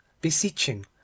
beseeching